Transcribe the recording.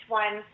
one